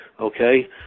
Okay